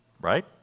right